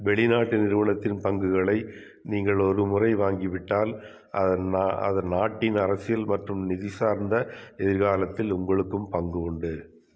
வெளிநாட்டு நிறுவனத்தின் பங்குகளை நீங்கள் ஒருமுறை வாங்கிவிட்டால் அதன் நான் அதன் நாட்டின் அரசியல் மற்றும் நிதி சார்ந்த எதிர்காலத்தில் உங்களுக்கும் பங்கு உண்டு